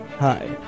Hi